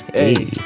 hey